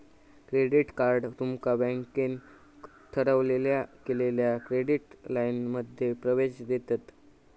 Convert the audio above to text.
credit card तुमका बँकेन ठरवलेल्या केलेल्या क्रेडिट लाइनमध्ये प्रवेश देतत